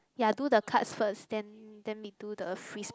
ya do the cards first then then we do the free s~